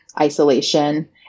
isolation